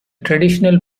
traditional